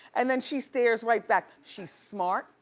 and then she stares right back. she's smart,